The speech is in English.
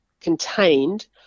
contained